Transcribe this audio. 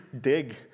dig